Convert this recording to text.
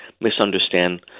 misunderstand